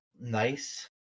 nice